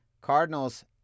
Cardinals